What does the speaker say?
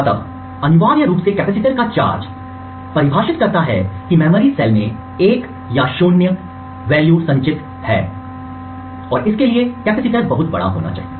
अतः अनिवार्य रूप से कैपेसिटीर का चार्ज परिभाषित करता है कि मेमोरी सेल 1 या 0 संचित कर रहा है और कैपेसिटीर बहुत बड़ा होना चाहिए